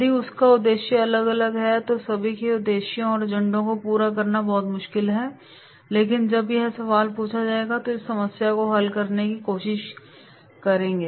यदि उसका उद्देश्य अलग अलग है तो सभी के उद्देश्यों और एजेंडे को पूरा करना बहुत मुश्किल होगा लेकिन जब वह सवाल पूछेगा तो इस समस्या को हल करने की कोशिश करेगा